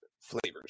flavors